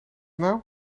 nou